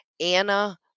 Anna